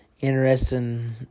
Interesting